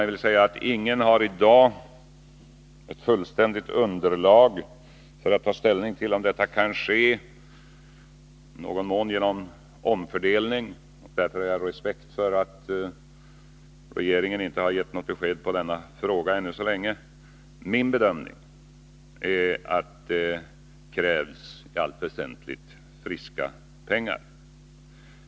Jag vill säga att ingen i dag har ett fullständigt underlag för att ta ställning till om detta kan ske, i någon mån genom omfördelning, och därför har jag respekt för att regeringen inte har gett något besked i denna fråga ännu så länge. Min bedömning är att det i allt väsentligt krävs friska pengar.